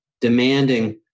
demanding